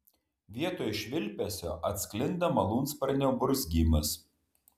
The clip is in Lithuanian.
vietoj švilpesio atsklinda malūnsparnio burzgimas